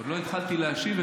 עוד לא התחלתי להשיב,